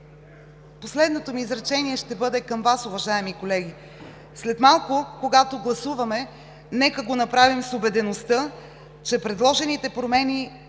Последното ми изречение ще бъде към Вас, уважаеми колеги. След малко, когато гласуваме, нека го направим с убедеността, че предложените промени